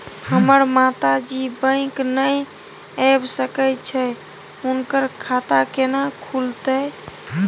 हमर माता जी बैंक नय ऐब सकै छै हुनकर खाता केना खूलतै?